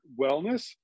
Wellness